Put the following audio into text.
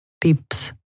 peeps